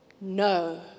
no